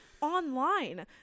online